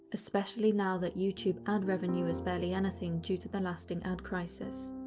especially now that youtube ad revenue is barely anything due to the lasting ad crisis.